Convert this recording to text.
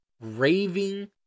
Raving